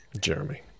Jeremy